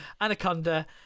Anaconda